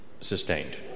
sustained